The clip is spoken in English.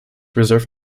reserve